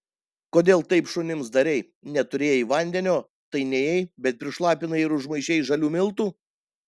kodėl taip šunims darei neturėjai vandenio tai nėjai bet prišlapinai ir užmaišei žalių miltų